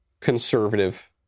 conservative